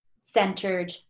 centered